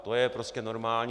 To je prostě normální.